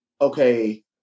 okay